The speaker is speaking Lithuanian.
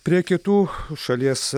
prie kitų šalies